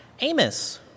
Amos